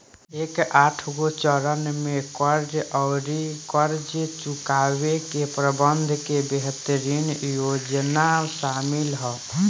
एकर आठगो चरन में कर्ज आउर कर्ज चुकाए के प्रबंधन के बेहतरीन योजना सामिल ह